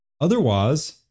Otherwise